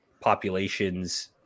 populations